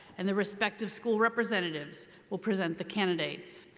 and the respective school representatives will present the candidates.